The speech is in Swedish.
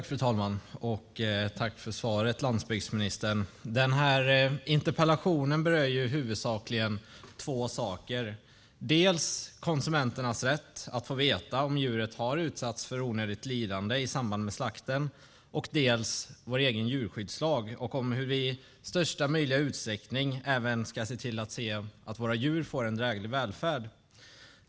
Fru talman! Jag vill tacka landsbygdsministern för svaret. Interpellationen berör huvudsakligen två saker, dels konsumenternas rätt att få veta om djuret har utsatts för onödigt lidande i samband med slakten, dels vår egen djurskyddslag och om hur vi i största möjliga utsträckning även ska se till att våra djur får en dräglig välfärd.